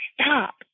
stop